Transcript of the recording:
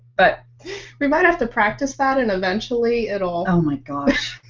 but we might have to practice that, and eventually it will. oh my gosh!